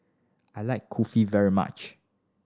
I like Kulfi very much